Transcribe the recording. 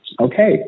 Okay